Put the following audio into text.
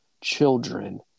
children